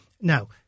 Now